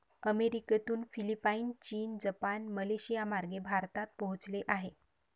अमेरिकेतून फिलिपाईन, चीन, जपान, मलेशियामार्गे भारतात पोहोचले आहे